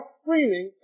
screaming